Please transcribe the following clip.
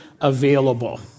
available